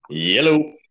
Yellow